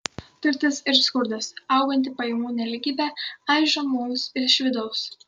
turtas ir skurdas auganti pajamų nelygybė aižo mus iš vidaus